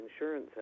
insurance